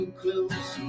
close